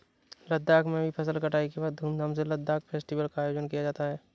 लद्दाख में भी फसल कटाई के बाद धूमधाम से लद्दाख फेस्टिवल का आयोजन किया जाता है